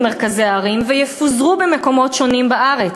ממרכזי הערים ויפוזרו במקומות שונים בארץ.